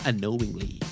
unknowingly